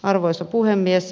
arvoisa puhemies